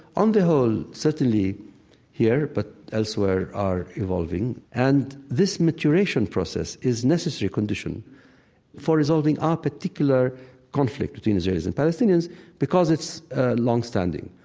on the whole, certainly here but elsewhere are evolving, and this maturation process is a necessary condition for resolving our particular conflict between israelis and palestinians because it's long-standing.